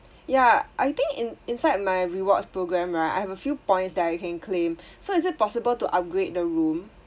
ya I think in~ inside my rewards program right I have a few points that I can claim so is it possible to upgrade the room